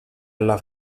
alla